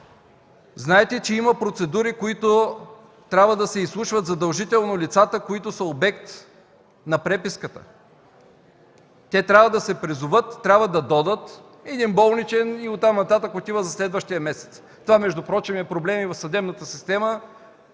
Знаете, че има процедури, в които трябва да се изслушват задължително лицата, които са обект на преписката. Те трябва да се призоват, трябва да дойдат. Един болничен и от там нататък отива за следващия месец. Това, впрочем, е проблем и в съдебната система,